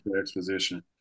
exposition